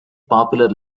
popular